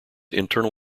internal